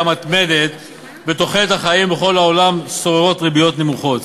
מתמדת בתוחלת החיים ובכל העולם שוררות ריביות נמוכות.